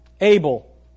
Abel